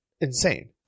insane